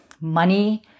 money